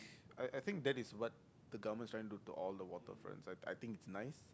I I think that is what the government is trying to do to all the waterfronts I I think it's nice